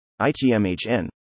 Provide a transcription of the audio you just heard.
ITMHN